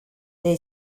they